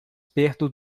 perto